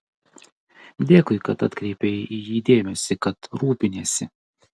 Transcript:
dėkui kad atkreipei į jį dėmesį kad rūpiniesi